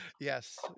Yes